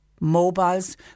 mobiles